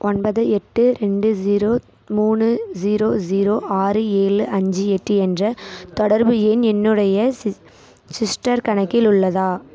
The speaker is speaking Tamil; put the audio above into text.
ஒன்பது எட்டு ரெண்டு ஜீரோ மூணு ஜீரோ ஜீரோ ஆறு ஏழு அஞ்சு எட்டு என்ற தொடர்பு எண் என்னுடைய சிஸ் சிஸ்ட்டர் கணக்கில் உள்ளதா